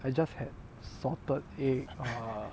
I just had salted egg err